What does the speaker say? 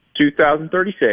2036